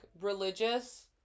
religious